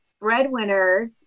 breadwinners